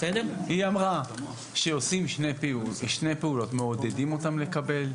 היא אמרה שעושים שתי פעולות: מעודדים אותם לקבל.